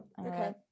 Okay